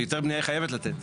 היתר בנייה היא חייבת לתת.